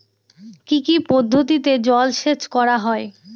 কি কি পদ্ধতিতে জলসেচ করা হয়?